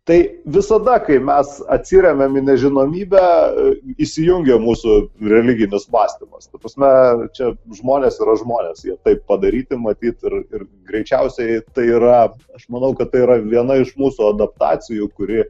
tai visada kai mes atsiremiam į nežinomybę įsijungia mūsų religinis mąstymas ta prasme čia žmonės yra žmonės jie taip padaryti matyt ir ir greičiausiai tai yra aš manau kad tai yra viena iš mūsų adaptacijų kuri